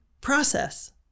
process